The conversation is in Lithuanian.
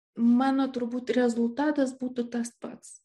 mano turbūt rezultatas būtų tas pats